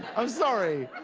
i'm sorry,